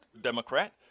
Democrat